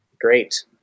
great